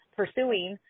pursuing